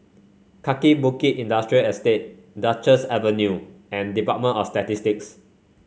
Kaki Bukit Industrial Estate Duchess Avenue and Department of Statistics